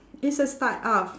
it's a start ah